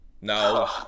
No